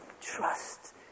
trust